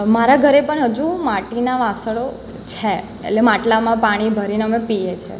મારા ઘરે પણ હજુ માટીનાં વાસણો છે એટલે માટલામાં પાણી ભરીને અમે પીએ છીએ